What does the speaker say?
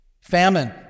Famine